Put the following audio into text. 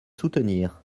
soutenir